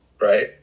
right